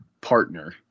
partner